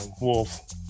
Wolf